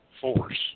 force